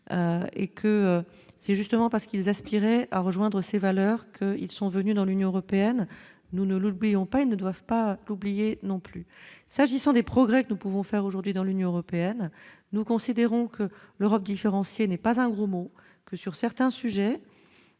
et que c'est justement parce qu'ils aspiraient à rejoindre ses valeurs que ils sont venus dans l'Union européenne, nous, nous le payons pas et ne doivent pas l'oublier non plus, s'agissant des progrès que nous pouvons faire aujourd'hui dans l'Union européenne, nous considérons que l'Europe différenciée, n'est pas un gros mot que sur certains sujets.